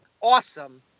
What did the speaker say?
awesome